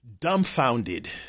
dumbfounded